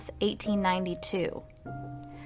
1892